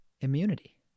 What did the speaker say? immunity